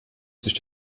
sich